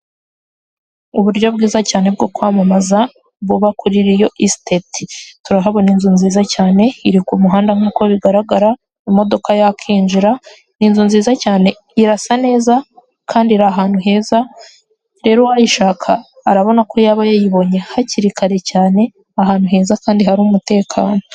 Uburyo bwiza cyane bwo kwamamaza buba kuri riyo isiteti. Turahabona inzu nziza cyane iri ku muhanda nk'uko bigaragara, imodoka yakinjira. Ni inzu nziza cyane, irasa neza kandi iri ahantu heza. Rero uwayishaka arabona ko yaba yayibonye hakiri kare cyane ahantu heza kandi hari umutekano.